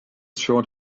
short